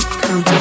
come